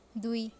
ଦୁଇ